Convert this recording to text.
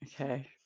Okay